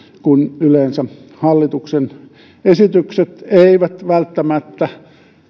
kun yleensä hallituksen esitykset eivät välttämättä